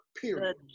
period